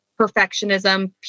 perfectionism